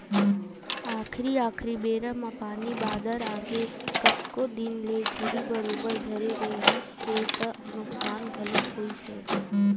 आखरी आखरी बेरा म पानी बादर आगे कतको दिन ले झड़ी बरोबर धरे रिहिस हे त नुकसान घलोक होइस हे